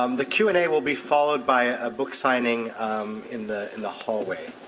um the q and a will be followed by a book signing in the in the hallway.